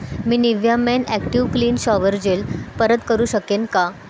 मी Nivea men active clean shower gel परत करू शकेन का